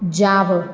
જાવો